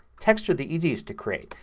text are the easiest to create.